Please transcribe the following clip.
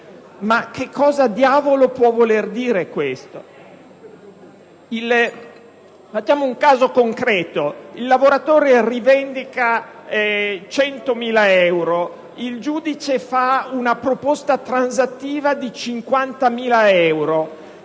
Ma che cosa diavolo può voler dire questo? Facciamo un caso concreto: il lavoratore rivendica 100.000 euro, il giudice fa una proposta transattiva di 50.000 euro